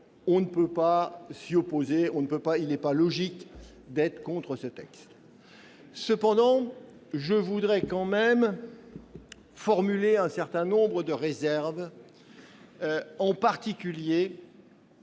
manifestement pas s'y opposer ; il n'est pas logique d'être contre ... Cependant, je voudrais tout de même formuler un certain nombre de réserves, en particulier